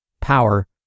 power